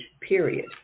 period